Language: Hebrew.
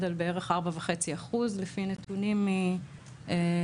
על בערך 4.5% לפי נתונים מקצת לפני הקורונה.